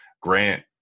Grant